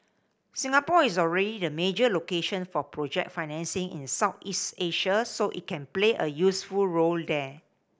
Singapore is already the major location for project financing in Southeast Asia so it can play a useful role there